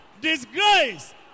disgrace